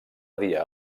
dia